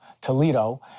Toledo